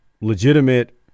legitimate